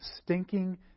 stinking